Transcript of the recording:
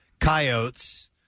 Coyotes